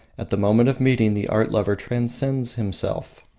at the moment of meeting, the art lover transcends himself.